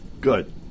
Good